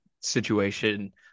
situation